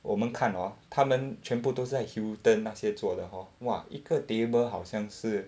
我们看 orh 他们全部都在 Hilton 那些做的 hor !wah! 一个 table 好像是